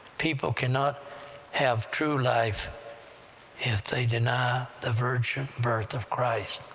people cannot have true life if they deny the virgin birth of christ.